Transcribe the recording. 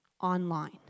online